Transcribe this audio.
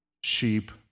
sheep